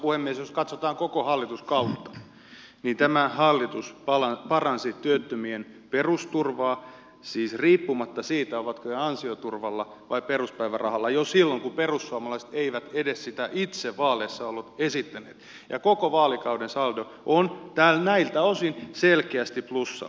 jos katsotaan koko hallituskautta niin tämä hallitus paransi työttömien perusturvaa siis riippumatta siitä ovatko he ansioturvalla vai peruspäivärahalla jo silloin kun perussuomalaiset eivät edes sitä itse vaaleissa olleet esittäneet ja koko vaalikauden saldo on näiltä osin selkeästi plussalla